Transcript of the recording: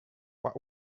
what